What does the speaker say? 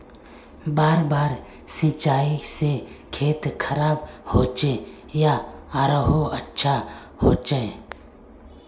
बार बार सिंचाई से खेत खराब होचे या आरोहो अच्छा होचए?